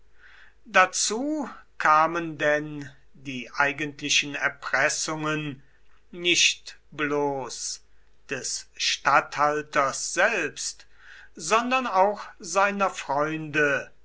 dazu kamen denn die eigentlichen erpressungen nicht bloß des statthalters selbst sondern auch seiner freunde